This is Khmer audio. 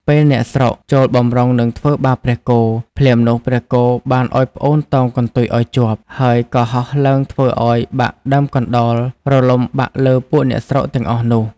ពេលអ្នកស្រុកចូលបម្រុងនឹងធ្វើបាបព្រះគោ ភ្លាមនោះព្រះគោបានឲ្យប្អូនតោងកន្ទុយឲ្យជាប់ ហើយក៏ហោះឡើងធ្វើឲ្យបាក់ដើមកណ្ដោលរលំបាក់លើពួកអ្នកស្រុកទាំងអស់នោះ។